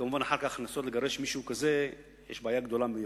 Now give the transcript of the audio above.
וכמובן אחר כך לנסות לגרש מישהו כזה זו בעיה גדולה ביותר.